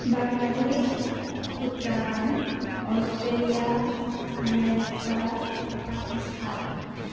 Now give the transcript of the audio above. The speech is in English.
Bangladesh Bhutan Australia America Pakistan